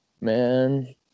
man